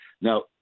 Now